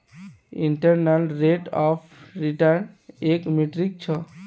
internal rate of return एक metric छ